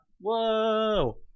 whoa